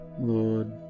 Lord